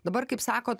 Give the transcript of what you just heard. dabar kaip sakot